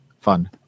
fun